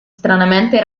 stranamente